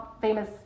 famous